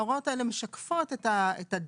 ההוראות האלה משקפות את הדין,